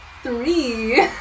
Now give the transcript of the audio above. Three